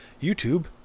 YouTube